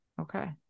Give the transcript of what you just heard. Okay